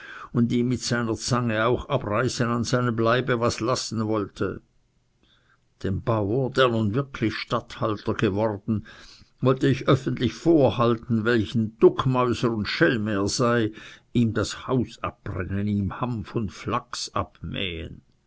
und ihm mit seiner zange auch abreißen an seinem leibe was lassen wollte dem bauer der nun wirklich statthalter geworden wollte ich öffentlich vorhalten welch duckenmäuser und schelm er sei ihm das haus abbrennen ihm hanf und flachs abmähen